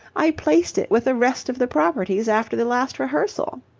i placed it with the rest of the properties after the last rehearsal.